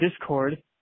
Discord